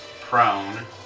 prone